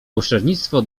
pośrednictwo